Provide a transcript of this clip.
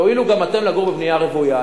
תואילו גם אתם לגור בבנייה רוויה.